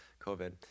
COVID